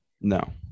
no